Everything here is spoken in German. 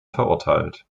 verurteilt